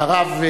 והרב,